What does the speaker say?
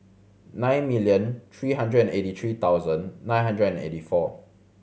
nine million three hundred and eighty three thousand nine hundred and eighty four